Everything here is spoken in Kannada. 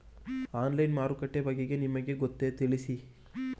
ಆನ್ಲೈನ್ ಮಾರುಕಟ್ಟೆ ಬಗೆಗೆ ನಿಮಗೆ ಗೊತ್ತೇ? ತಿಳಿಸಿ?